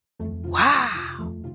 Wow